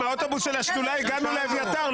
עם האוטובוס של השדולה הגענו לאביתר,